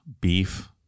beef